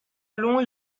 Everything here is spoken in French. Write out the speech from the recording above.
allons